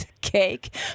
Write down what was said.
cake